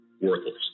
worthless